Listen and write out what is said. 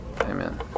Amen